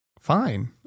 fine